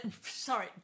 sorry